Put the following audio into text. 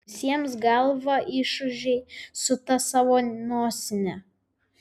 visiems galvą išūžei su ta savo nosine